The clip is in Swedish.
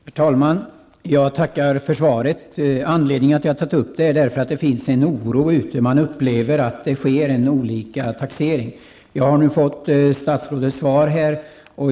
Herr talman! Jag tackar för svaret. Anledningen till min fråga är att det finns en oro och att man upplever det som att det fastställs olika taxeringsvärden. Jag har nu fått statsrådets svar.